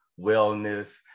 wellness